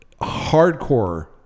hardcore